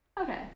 Okay